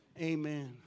Amen